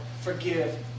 forgive